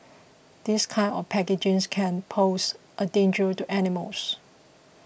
this kind of packaging can pose a danger to animals